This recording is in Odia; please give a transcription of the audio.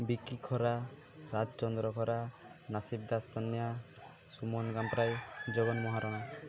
ବିକି ଖରା ରାଜଚନ୍ଦ୍ର ଖରା ନାସିପ ଦାସ ସନ୍ୟା ସୁମନ ଗମ୍ପରାଇ ଜଗନ୍ ମହାରଣା